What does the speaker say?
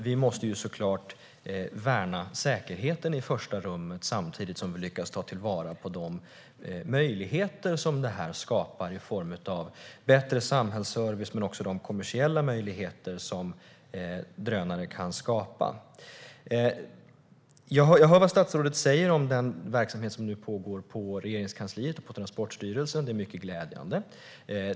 Vi måste såklart sätta värnandet av säkerheten i främsta rummet, samtidigt som vi måste lyckas ta vara på de möjligheter som drönarna skapar i form av bättre samhällsservice och kommersiella möjligheter. Jag hör vad statsrådet säger om den verksamhet som nu pågår i Regeringskansliet och på Transportstyrelsen. Det är mycket glädjande.